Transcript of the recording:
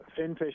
finfish